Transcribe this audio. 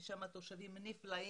יש שם תושבים נפלאים,